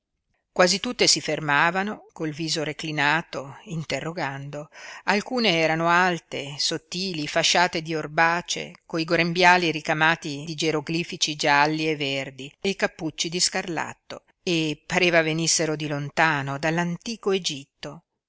quasi tutte si fermavano col viso reclinato interrogando alcune erano alte sottili fasciate di orbace coi grembiali ricamati di geroglifici gialli e verdi e i cappucci di scarlatto e pareva venissero di lontano dall'antico egitto